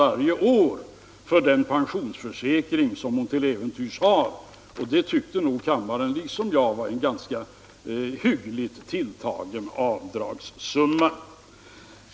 varje år för den pensionsförsäkring hon till äventyrs har. Det tyckte nog kammaren liksom jag var en ganska hyggligt tilltagen avdragssumma.